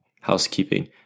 housekeeping